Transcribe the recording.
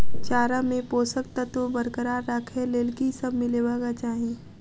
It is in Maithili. चारा मे पोसक तत्व बरकरार राखै लेल की सब मिलेबाक चाहि?